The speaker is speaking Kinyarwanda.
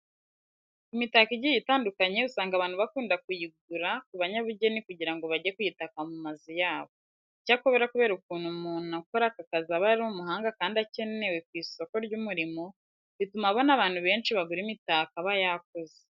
Imitako igiye itandukanye usanga abantu bakunda kuyigura ku banyabugeni kugira ngo bajye kuyitaka mu mazu yabo. Icyakora kubera ukuntu umuntu ukora aka kazi aba ari umuhanga kandi akenewe ku isoko ry'umurimo, bituma abona abantu benshi bagura imitako aba yakoze.